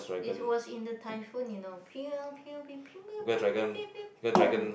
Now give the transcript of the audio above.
it was in the typhoon you know boom